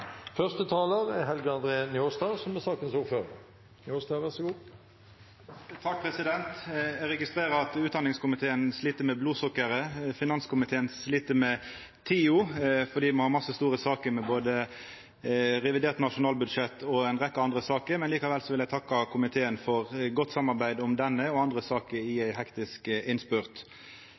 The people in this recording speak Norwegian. registrerer at utdanningskomiteen slit med blodsukkeret. Finanskomiteen slit med tida, for me har mange store saker, både revidert nasjonalbudsjett og ei rekkje andre saker. Likevel vil eg takka komiteen for godt samarbeid om denne og andre saker i ein hektisk innspurt.